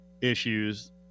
issues